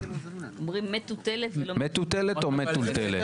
אומרים מטוטלת ולא "מטולטלת".